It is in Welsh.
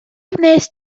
wnest